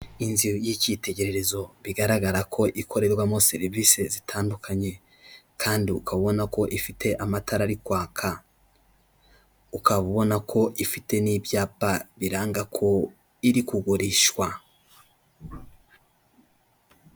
Inzu y'icyitegererezo bigaragara ko ikorerwamo serivisi zitandukanye, kandi ukabona ko ifite amatara ari kwaka, ukaba ubona ko ifite n'ibyapa biranga ko iri kugurishwa.